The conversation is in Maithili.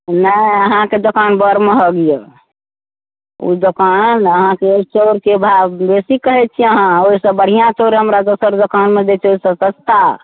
नहि अहाँकेँ दोकान बड महग यऽ ओ दोकान अहाँकेँ चाउरके भाव बेसी कहैत छिअइ अहाँ ओहिसँ बढ़िआँ चाउर हमरा दोसर दोकानमे दय छै ओहिसँ सस्ता